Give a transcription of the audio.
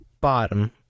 bottom